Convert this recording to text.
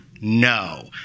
No